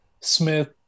smith